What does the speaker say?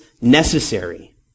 necessary